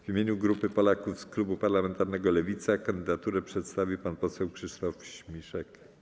W imieniu grupy posłów z klubu parlamentarnego Lewica kandydaturę przedstawi pan poseł Krzysztof Śmiszek.